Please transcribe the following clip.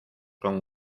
con